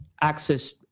access